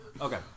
okay